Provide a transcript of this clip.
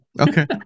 Okay